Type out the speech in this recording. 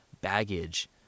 baggage